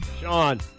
Sean